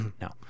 No